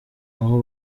aho